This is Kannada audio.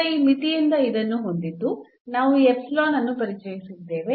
ಈಗ ಈ ಮಿತಿಯಿಂದ ಇದನ್ನು ಹೊಂದಿದ್ದು ನಾವು ಈ ಎಪ್ಸಿಲಾನ್ ಅನ್ನು ಪರಿಚಯಿಸಿದ್ದೇವೆ